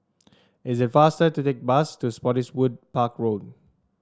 is it faster to take the bus to Spottiswoode Park Road